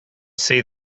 see